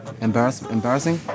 embarrassing